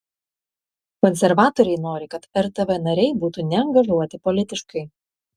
konservatoriai nori kad rtv nariai būtų neangažuoti politiškai